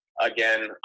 again